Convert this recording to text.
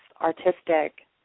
artistic